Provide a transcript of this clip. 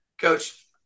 Coach